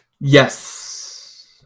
Yes